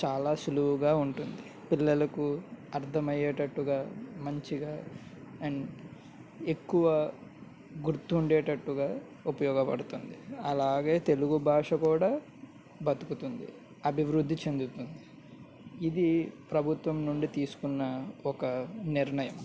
చాలా సులువుగా ఉంటుంది పిల్లలకు అర్థమయ్యేటట్టుగా మంచిగా అండ్ ఎక్కువ గుర్తుండేటట్టుగా ఉపయోగబడుతుంది అలాగే తెలుగు భాష కూడా బతుకుతుంది అభివృద్ధి చెందుతుంది ఇది ప్రభుత్వం నుండి తీసుకున్న ఒక నిర్ణయం